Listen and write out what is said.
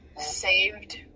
saved